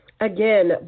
Again